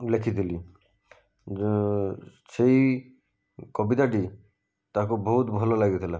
ଲେଖିଥିଲି ସେହି କବିତାଟି ତାଙ୍କୁ ବହୁତ ଭଲ ଲାଗିଥିଲା